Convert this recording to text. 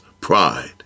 pride